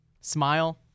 smile